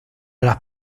las